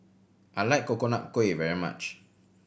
I like Coconut Kuih very much